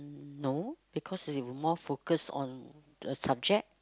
no because you were more focus on the subject